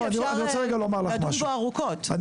שואל שאלה פשוטה.